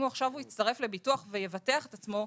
אם הוא עכשיו יצטרף לביטוח ויבטח את עצמו,